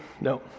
No